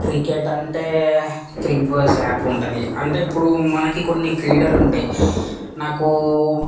cricket అంటే Cricbuzz app ఉంటుంది అంటే ఇప్పుడు మనకి కొన్ని క్రీడలు ఉంటాయి నాకు